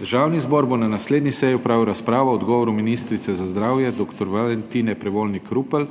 Državni zbor bo na naslednji seji opravil razpravo o odgovoru ministrice za zdravje dr. Valentine Prevolnik Rupel